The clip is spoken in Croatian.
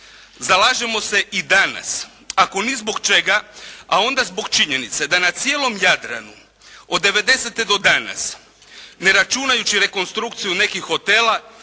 Zalažemo se i danas. Ako ni zbog čega a onda zbog činjenice da na cijelom Jadranu od devedesete do danas ne računajući rekonstrukciju nekih hotela